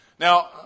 Now